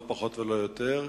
לא פחות ולא יותר,